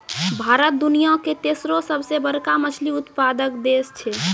भारत दुनिया के तेसरो सभ से बड़का मछली उत्पादक देश छै